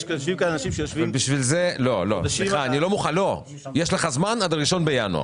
יש לך זמן עד ה-1 בינואר.